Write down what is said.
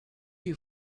you